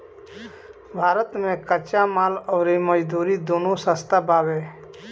भारत मे कच्चा माल अउर मजदूरी दूनो सस्ता बावे